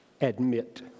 admit